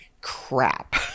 crap